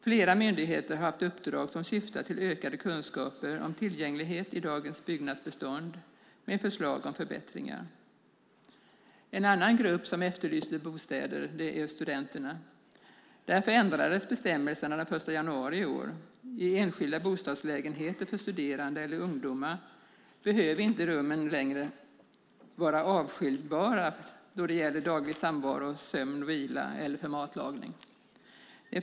Flera myndigheter har haft uppdrag som syftat till ökade kunskaper om tillgänglighet i dagens byggnadsbestånd med förslag om förbättringar. En annan grupp som efterlyst bostäder är studenterna. Därför ändrades bestämmelserna den 1 januari i år. I enskilda bostadslägenheter för studerande eller ungdomar behöver rummen inte längre vara avskiljbara då det gäller daglig samvaro, sömn, vila och matlagning.